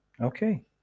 okay